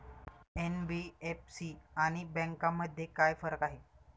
NBFC आणि बँकांमध्ये काय फरक आहे?